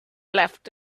left